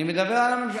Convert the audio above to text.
אני מדבר על הממשלה.